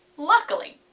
luckily,